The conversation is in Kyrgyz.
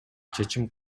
чечим